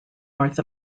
north